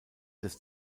des